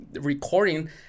recording